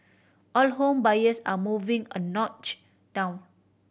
all home buyers are moving a notch down